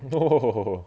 no